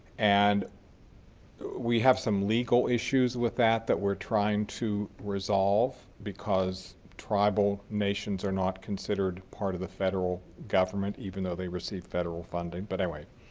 and we have some legal issues with that, that we're trying to resolve because tribal nations are not considered part of the federal government even though they receive federal funding, but anyway,